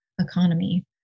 economy